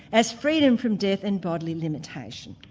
as freedom from death and bodily limitation.